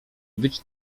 być